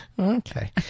okay